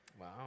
Wow